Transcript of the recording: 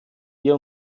wir